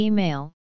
Email